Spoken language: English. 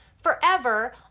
forever